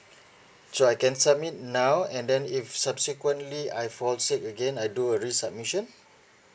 so I can submit now and then if subsequently I fall sick again I do a resubmission